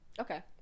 Okay